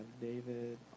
David